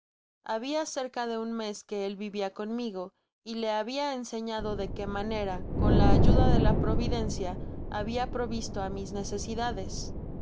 habia cerca de un mes que él vivía conmigo y le habia enseñado de qué manera con la ayuda de la providencia habia provisto á mis necesidades